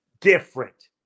Different